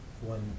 one